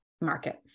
market